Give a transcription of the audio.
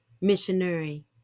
missionary